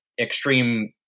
extreme